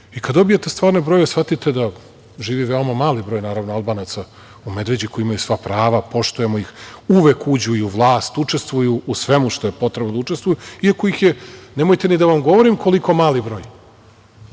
I, kada dobijete stvarne brojeve, shvatite da živi veoma mali broj Albanaca u Medveđi koji imaju sva prava, poštujemo ih, uvek uđu i u vlast, učestvuju u svemu što je potrebno da učestvuju, iako ih je nemojte ni da vam govorim koliko mali broj. Osam